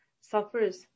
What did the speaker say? suffers